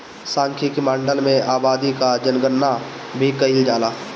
सांख्यिकी माडल में आबादी कअ जनगणना भी कईल जाला